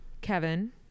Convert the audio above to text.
Kevin